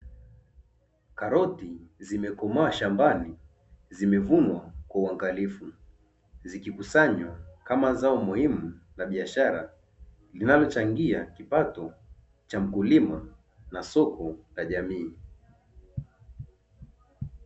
Karoti zimekoma shambani, zimevunwa kwa uangalifu, zikikusanywa kama zao muhimu la biashara inayochangia kipato cha mkulima na soko la jamii.